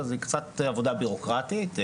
זה קצת עבודה בירוקרטית,